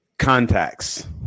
contacts